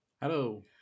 Hello